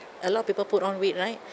a lot of people put on weight right